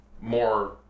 more